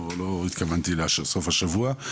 לא התכוונתי לסוף השבוע,